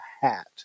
hat